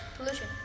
Pollution